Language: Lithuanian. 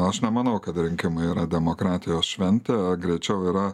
aš nemanau kad rinkimai yra demokratijos šventė o greičiau yra